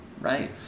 right